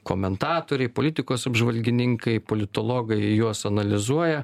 komentatoriai politikos apžvalgininkai politologai juos analizuoja